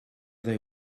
they